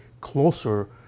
closer